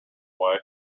way